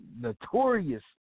notorious